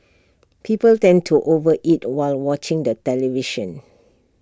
people tend to over eat while watching the television